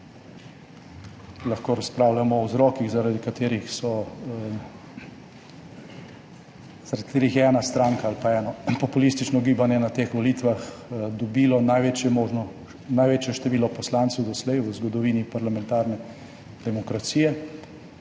Lahko razpravljamo o vzrokih, zaradi katerih je ena stranka ali pa eno populistično gibanje na teh volitvah dobilo največje število poslancev v zgodovini parlamentarne demokracije